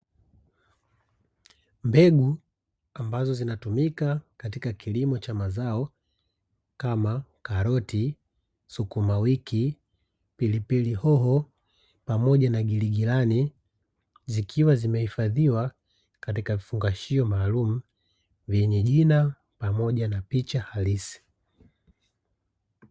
Mbegu ambazo zinatumika katika kilimo cha mazao kama; karoti, sukuma wiki, pilipili hoho pamoja na giligilani zikiwa zimehifadhiwa katika vifungashio maalumu vyenye jina pamoja na picha halisi.